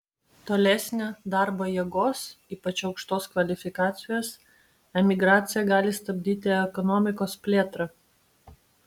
tolesnė darbo jėgos ypač aukštos kvalifikacijos emigracija gali stabdyti ekonomikos plėtrą